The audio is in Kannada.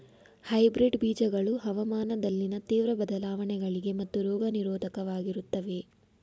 ಹೈಬ್ರಿಡ್ ಬೀಜಗಳು ಹವಾಮಾನದಲ್ಲಿನ ತೀವ್ರ ಬದಲಾವಣೆಗಳಿಗೆ ಮತ್ತು ರೋಗ ನಿರೋಧಕವಾಗಿರುತ್ತವೆ